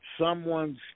someone's